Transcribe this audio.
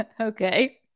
Okay